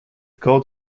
called